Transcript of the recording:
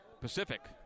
Pacific